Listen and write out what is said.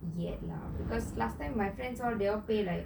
yet lah because last time my friends all they all pay like